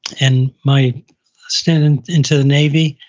and my stint and into the navy,